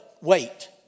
wait